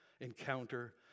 encounter